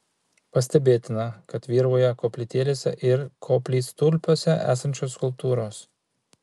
pastebėtina kad vyrauja koplytėlėse ir koplytstulpiuose esančios skulptūros